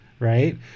right